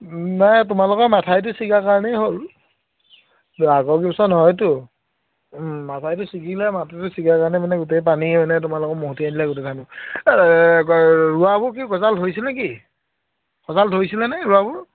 নাই তোমালোকৰ মথাউৰিটো ছিগাৰ কাৰণেই হ'ল আগ পিছে নহয়তো ও মথাউৰিটো ছিঙিলে মথাউৰিটো ছিগাৰ কাৰণে মানে গোটেই পানী হয়নে তোমালোকৰ মহতিয়াই আনিলে গোটেইখিনি ৰোৱাবোৰ কি গজাল ধৰিছেনে কি গজাল ধৰিছিলেনে ৰোৱাবোৰ